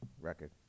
record